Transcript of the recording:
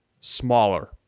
smaller